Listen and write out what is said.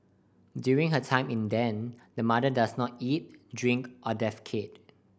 during her time in the den the mother does not eat drink or defecate